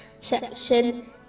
section